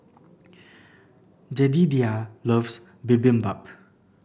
Jedidiah loves Bibimbap